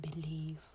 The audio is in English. believe